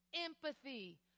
empathy